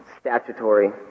statutory